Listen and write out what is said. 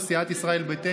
סיעת ישראל ביתנו,